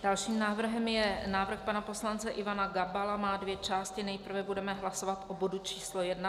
Dalším návrhem je návrh pana poslance Ivana Gabala, má dvě části, nejprve budeme hlasovat o bodu číslo 1.